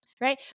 right